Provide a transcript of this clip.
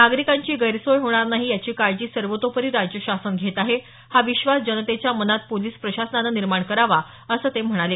नागरिकांची गैरसोय होणार नाही याची काळजी सर्वोतोपरी राज्य शासन घेत आहे हा विश्वास जनतेच्या मनात पोलिस प्रशासनानं निर्माण करावा असं ते म्हणाले